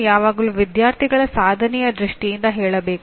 ಇವೆಲ್ಲವೂ ಬೋಧನೆಯ ಭಾಗ